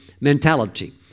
mentality